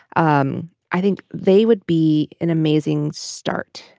um i think they would be an amazing start.